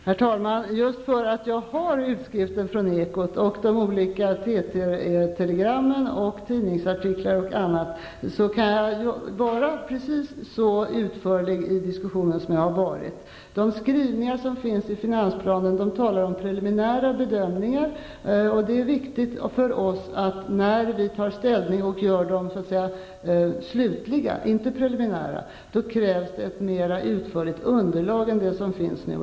Herr talman! Just därför att jag har utskriften från Ekot och de olika TT-telegrammen, tidningsartiklar m.m., kan jag vara precis så utförlig i diskussionen som jag har varit. I de skrivningar som finns i finansplanen talas det om preliminära bedömningar. När vi tar ställning och gör de slutliga bedömningarna, de som inte är preliminära, krävs det ett mera utförligt underlag än det som finns nu.